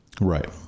Right